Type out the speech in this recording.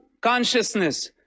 consciousness